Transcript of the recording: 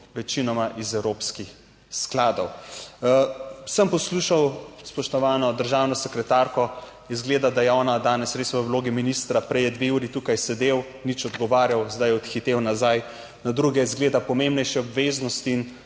večinoma iz evropskih skladov. Sem poslušal spoštovano državno sekretarko, izgleda da je ona danes res v vlogi ministra, prej je 2 uri tukaj sedel, nič odgovarjal, zdaj je odhitel nazaj na druge, izgleda pomembnejše obveznosti in